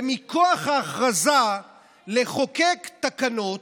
ומכוח ההכרזה לחוקק תקנות,